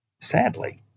Sadly